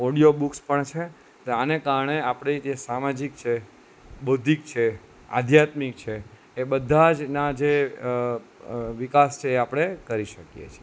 audio books પણ છે તો આને કારણે આપણે જે સામાજિક છે બૌદ્ધિક છે આધ્યાત્મિક છે એ બધા જ ના જે વિકાસ છે એ આપણે કરી શકીએ છીએ